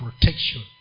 protection